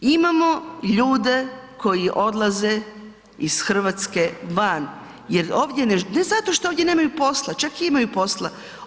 Imamo ljude koji odlaze iz Hrvatske van jer ovdje ne, ne zato što ovdje nemaju posla, čak imaju posla.